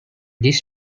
this